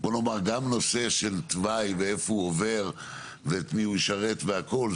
בוא נאמר שגם נושא של תוואי ואיפה הוא עובר ואת מי הוא ישרת והכל,